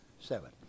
Seven